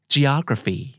Geography